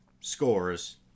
scores